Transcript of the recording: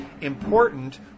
important